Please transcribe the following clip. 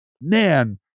man